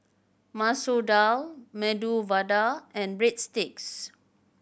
Masoor Dal Medu Vada and Breadsticks